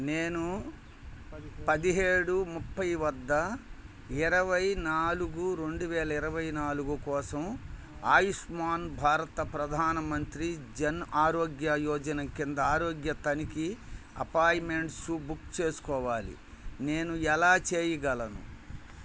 నేను పదిహేడు ముప్పై వద్ద ఇరవై నాలుగు రెండువేల ఇరవై నాలుగు కోసం ఆయుష్మాన్ భారత్ ప్రధాన మంత్రి జన్ ఆరోగ్య యోజన కింద ఆరోగ్య తనిఖీ అపాయిమెంట్సు బుక్ చేసుకోవాలి నేను ఎలా చేయగలను